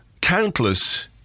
countless